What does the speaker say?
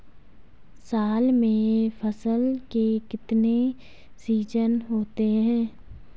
साल में फसल के कितने सीजन होते हैं?